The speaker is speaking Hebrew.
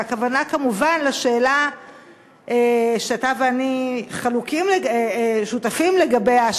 והכוונה כמובן לשאלה שאתה ואני שותפים לגביה: